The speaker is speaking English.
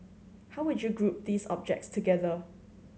how would you group these objects together